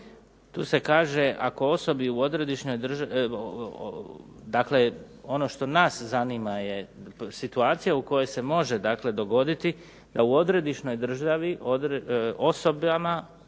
Tu se kaže, dakle ono što nas zanima je situacija u kojoj se može dogoditi da u odredišnoj državi osobama